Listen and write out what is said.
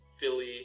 Philly